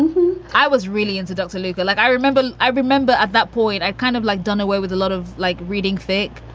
i was really into dr. luca like i remember. i remember at that point. i kind of like dunaway with a lot of, like, reading thick.